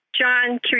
John